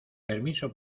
permiso